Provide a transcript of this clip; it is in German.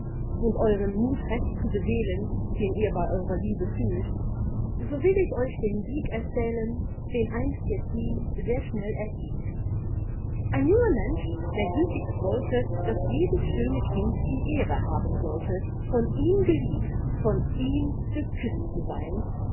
und euren mut recht zu beseelen den ihr bei eurer liebe fühlt so will ich euch den sieg erzählen den einst jesmin sehr schnell erhielt ein junger mensch der gütigst wollte daß jedes schöne kind die ehre haben sollte von ihm geliebt von ihm geküßt zu sein